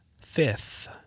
Fifth